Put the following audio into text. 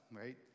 right